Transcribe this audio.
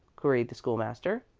queried the school-master.